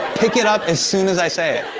pick it up as soon as i say it.